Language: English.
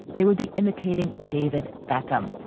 they would be imitating david beckham.